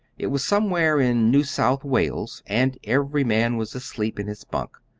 it was somewhere in new south wales, and every man was asleep in his bunk.